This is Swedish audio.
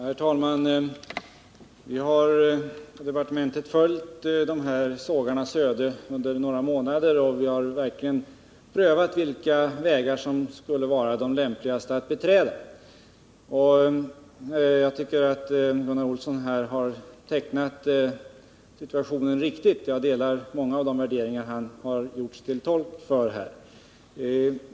Herr talman! Under månader har vi i departementet följt de här sågarnas öde, och vi har verkligen prövat vilka vägar som är lämpligast. Jag tycker att Gunnar Olsson har tecknat situationen riktigt. Jag delar många av de värderingar som han har gjort sig till tolk för.